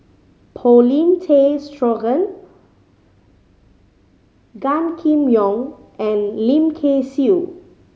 Paulin Tay Straughan Gan Kim Yong and Lim Kay Siu